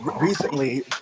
recently